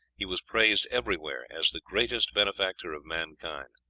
he was praised everywhere as the greatest benefactor of mankind.